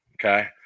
Okay